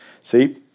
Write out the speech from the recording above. See